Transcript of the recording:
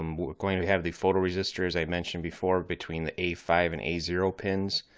um we're going to have the photoresistor as i mentioned before between the a five and a zero pins.